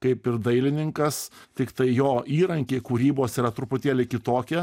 kaip ir dailininkas tiktai jo įrankiai kūrybos yra truputėlį kitokie